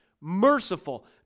merciful